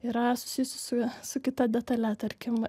yra susijusi su su kita detale tarkim